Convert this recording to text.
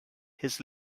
his